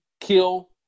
kill